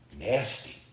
nasty